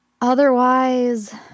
otherwise